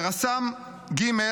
לרס"מ ג',